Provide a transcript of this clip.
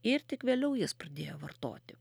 ir tik vėliau jas pradėjo vartoti